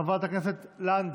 חברת הכנסת לנדה,